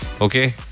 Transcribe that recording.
Okay